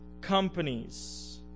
companies